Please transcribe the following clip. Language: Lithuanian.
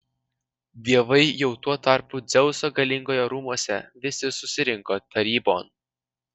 dievai jau tuo tarpu dzeuso galingojo rūmuose visi susirinko tarybon